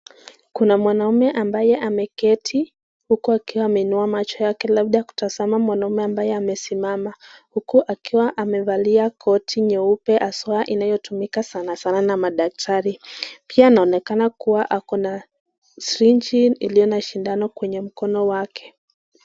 Kuna mwanaume ambaye ameketi huku akiwa ameinua macho labda kutazama mwanaume ambaye amesimama huku akiwa amevalia koti nyeupe haswa inayotumika sana sana na madaktari, pia inaonekana kuwa ako na [syringe] iliyo na sindano kwenye mkono wake.